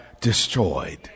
destroyed